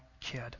kid